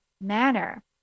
manner